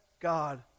God